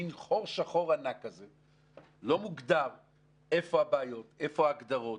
מין חור שחור ענק כזה שבו לא מוגדר איפה הבעיות ואיפה ההגדרות.